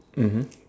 mmhmm